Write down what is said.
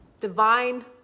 divine